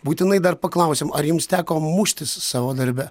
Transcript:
būtinai dar paklausim ar jums teko muštis savo darbe